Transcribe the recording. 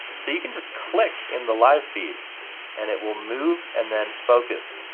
so you can just click in the live feed and it will move and then focus.